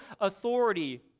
authority